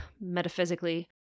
metaphysically